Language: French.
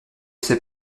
sais